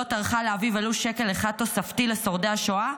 לא טרחה להביא ולו שקל אחד תוספתי לשורדי השואה,